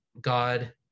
God